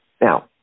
Now